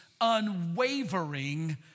unwavering